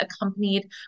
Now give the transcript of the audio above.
accompanied